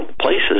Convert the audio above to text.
places